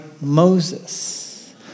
Moses